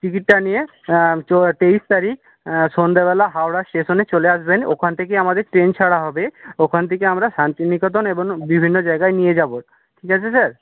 টিকিটটা নিয়ে তেইশ তারিখ সন্ধ্যেবেলা হাওড়া স্টেশনে চলে আসবেন ওখান থেকে আমাদের ট্রেন ছাড়া হবে ওখান থেকে আমরা শান্তিনিকেতন এবং বিভিন্ন জায়গায় নিয়ে যাব ঠিক আছে স্যার